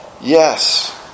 Yes